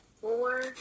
four